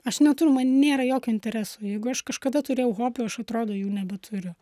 aš neturiu man nėra jokio intereso jeigu aš kažkada turėjau hobį aš atrodo jau nebeturiu